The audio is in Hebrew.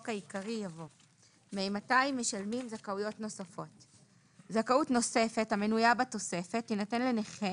העיקרי יבוא: "מאימתי משלמים זכאויות נוספות 18א. (א) (1) זכאות נוספת המנויה בתוספת תינתן לנכה